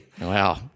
Wow